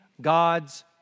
God's